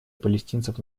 палестинцев